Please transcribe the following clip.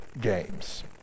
games